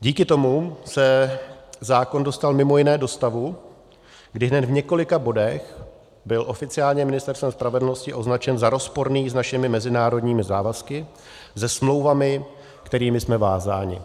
Díky tomu se zákon dostal mimo jiné do stavu, kdy hned v několika bodech byl oficiálně Ministerstvem spravedlnosti označen za rozporný s našimi mezinárodními závazky, se smlouvami, kterými jsme vázáni.